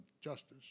justice